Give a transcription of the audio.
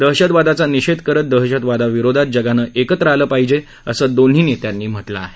दहशतवादाचा निषेध करत दहशतवादाविरोधात जगानं एकत्र आलं पाहिजे असं दोन्ही नेत्यांनी म्हटलं आहे